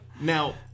Now